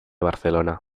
barcelona